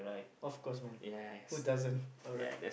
of course man who doesn't alright